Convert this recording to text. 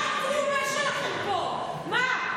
מירב,